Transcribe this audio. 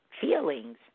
feelings